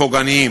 פוגעניים.